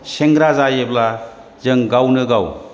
सेंग्रा जायोब्ला जों गावनो गाव